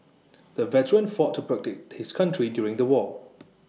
the veteran fought to protect his country during the war